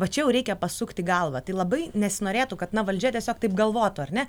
va čia jau reikia pasukti galvą tai labai nesinorėtų kad na valdžia tiesiog taip galvotų ar ne